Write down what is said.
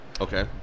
Okay